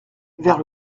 vers